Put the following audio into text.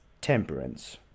Temperance